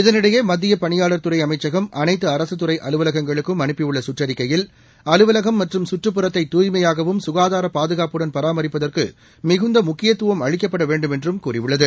இதனிடையே மத்திய பணியாளா் துறை அமைச்சகம் அனைத்து அரசு துறை அலுவலகங்களுக்கும் அலுப்பியுள்ள கற்றறிக்கையில் அலுவலகம் மற்றும் சுற்றுப்புறத்தை தூய்மையாகவும் சுனதார பாதுகாப்புடன் பராமரிப்பதற்கு மிகுந்த முக்கியத்தும் அளிக்கப்பட வேண்டும் என்றும் கூறியுள்ளது